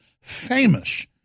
famous